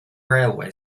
railway